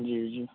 جی جی